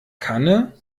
kanne